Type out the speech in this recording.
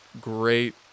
great